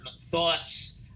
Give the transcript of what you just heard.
thoughts